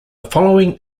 following